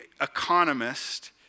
economist